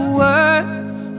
words